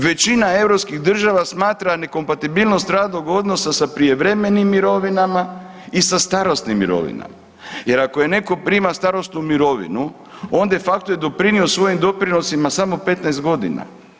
Većina europskih država smatra nekompatibilnost radnog odnosa sa prijevremenim mirovinama i sa starosnim mirovinama jer ako neko prima starosnu mirovinu onda je facto i doprinio svojim doprinosima samo 15.g.